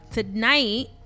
Tonight